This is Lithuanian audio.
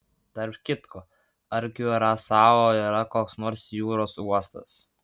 tarp kitko ar kiurasao yra koks nors jūros uostas